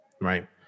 right